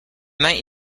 might